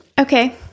Okay